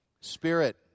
spirit